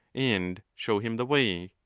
and show him the way.